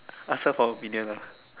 ask her for opinion brother